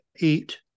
eight